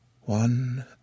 One